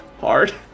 Hard